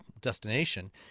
destination